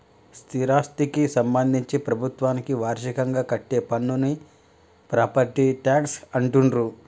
స్థిరాస్థికి సంబంధించి ప్రభుత్వానికి వార్షికంగా కట్టే పన్నును ప్రాపర్టీ ట్యాక్స్ అంటుండ్రు